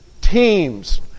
teams